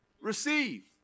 receive